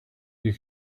you